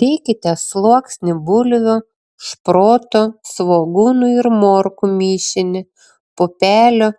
dėkite sluoksnį bulvių šprotų svogūnų ir morkų mišinį pupelių